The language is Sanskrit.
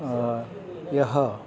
यः